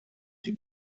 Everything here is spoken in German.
die